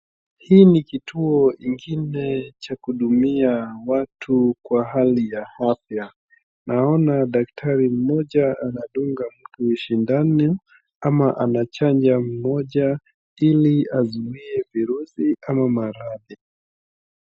Hii ni kituo nyingine cha kuhudumia watu kwa hali ya afya naona daktari mmoja anadunga mtu shindano ama anachanja mmoja ili azuie virusi ama maradhi.